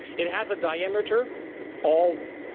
it has a diameter of,